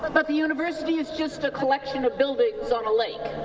but but the university is just a collection of buildings on a lake.